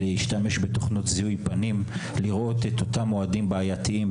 להשתמש בתוכנות זיהוי פנים ולראות את אותם אוהדים בעייתיים,